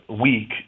week